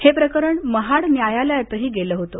हे प्रकरण महाड न्यायालयातही गेलं होतं